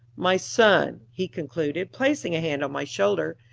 my son, he concluded, placing a hand on my shoulder,